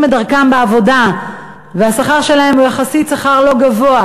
את דרכם בעבודה והשכר שלהם הוא יחסית שכר לא גבוה,